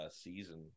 season